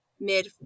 mid